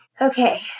okay